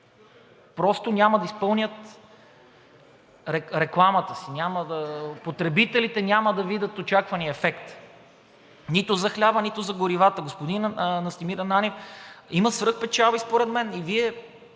Просто няма да изпълнят рекламата си, потребителите няма да видят очаквания ефект нито за хляба, нито за горивата. Господин Настимир Ананиев, има свръхпечалби според мен.